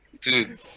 Dude